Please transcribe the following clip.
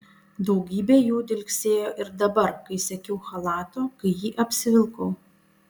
daugybė jų dilgsėjo ir dabar kai siekiau chalato kai jį apsivilkau